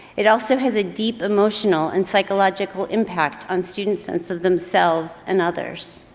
it also has a deep emotional and psychological impact on student's sense of themselves and others.